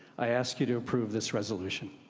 i ask you to approve this resolution.